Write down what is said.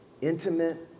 intimate